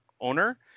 owner